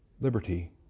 liberty